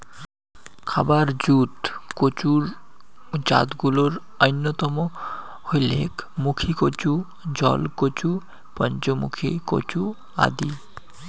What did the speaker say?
খাবার জুত কচুর জাতগুলার অইন্যতম হইলেক মুখীকচু, জলকচু, পঞ্চমুখী কচু আদি